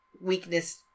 weakness